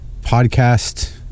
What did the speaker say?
podcast